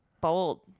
bold